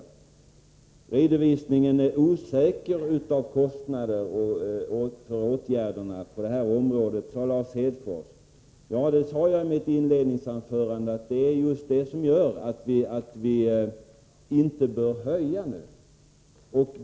Lars Hedfors sade att redovisningen av kostnaderna för åtgärderna på det här området är osäker. Jag sade i mitt inledningsanförande att det är just det som gör att vi inte bör höja skogsvårdsavgiften nu.